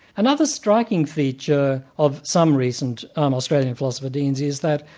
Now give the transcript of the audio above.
another striking feature of some recent um australian philosopher deans is that,